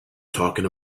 talking